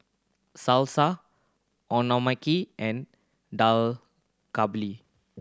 Salsa Okonomiyaki and Dak Galbi